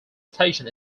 station